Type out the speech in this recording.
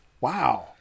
Wow